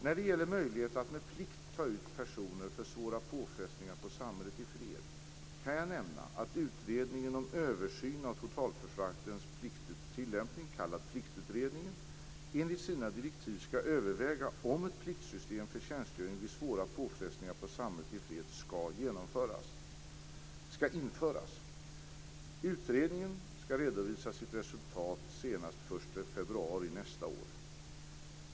När det gäller möjlighet att med plikt ta ut personer för svåra påfrestningar på samhället i fred kan jag nämna att utredningen om översyn av totalförsvarspliktens tillämpning , kallad Pliktutredningen, enligt sina direktiv skall överväga om ett pliktsystem för tjänstgöring vid svåra påfrestningar på samhället i fred skall införas. Utredningen skall redovisa sitt resultat senast den 1 februari 2000.